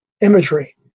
imagery